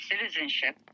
citizenship